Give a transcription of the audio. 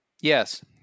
Yes